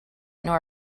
nor